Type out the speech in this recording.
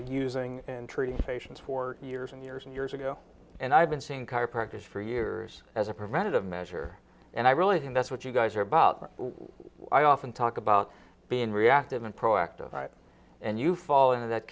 using in treating patients for years and years and years ago and i've been seeing chiropractors for years as a preventative measure and i really think that's what you guys are about what i often talk about being reactive than proactive and you fall into that